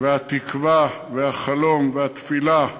והתקווה והחלום והתפילה לחזור,